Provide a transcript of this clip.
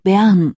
Bern